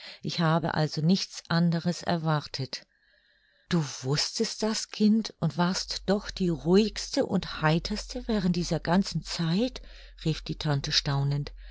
ich habe also nichts anderes erwartet du wußtest das kind und warst doch die ruhigste und heiterste während dieser ganzen zeit rief die tante staunend